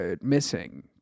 missing